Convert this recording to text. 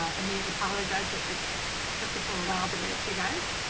i mean we apologize that it took us a little while to get it to you guys.